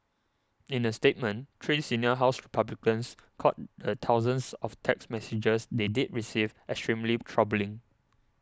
in a statement three senior House Republicans called the thousands of text messages they did receive extremely troubling